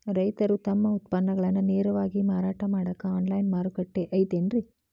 ರೈತರು ತಮ್ಮ ಉತ್ಪನ್ನಗಳನ್ನ ನೇರವಾಗಿ ಮಾರಾಟ ಮಾಡಾಕ ಆನ್ಲೈನ್ ಮಾರುಕಟ್ಟೆ ಐತೇನ್ರಿ?